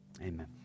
Amen